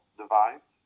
device